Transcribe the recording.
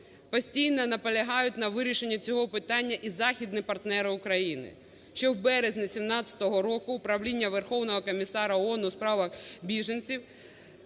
Постійно наполягають на вирішенні цього питання і західні партнери України. Ще в березні 17-го року Управління Верховного комісара ООН у справах біженців